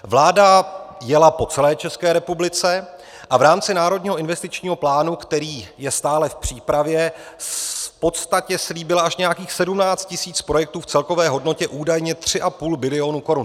Vláda jela po celé České republice a v rámci Národního investičního plánu, který je stále v přípravě, v podstatě slíbila až nějakých 17 tisíc projektů v celkové hodnotě údajně 3,5 bilionu korun.